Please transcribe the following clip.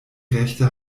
rechte